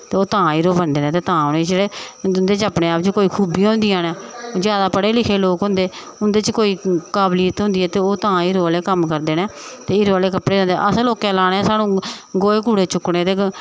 ते ओह् तां हीरो बनदे न ते तां उं'दे जेह्ड़े उं'दे अपने आप च कोई खूबियां होंदियां न जादा पढ़े लिखे लोक होंदे न उं'दे च कोई काबलियत होंदी ऐ ते ओह् तां हीरो आह्ले कम्म करदे न ते हीरो आह्ले कपड़े असें लोकें लाने सानूं गोहे कूड़े चुक्कने ते